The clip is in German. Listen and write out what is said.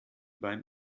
beim